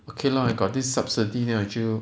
okay lor I got this subsidy here 我就